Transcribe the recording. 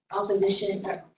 opposition